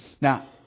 Now